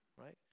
right